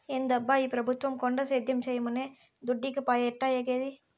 ఏందబ్బా ఈ పెబుత్వం కొండ సేద్యం చేయమనె దుడ్డీకపాయె ఎట్టాఏగేది